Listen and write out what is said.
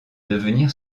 devenir